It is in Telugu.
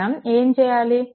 మనం ఏం చేయాలి